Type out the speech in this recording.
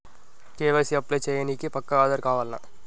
KYC apply చేయనీకి పక్కా ఆధార్ కావాల్నా?